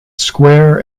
square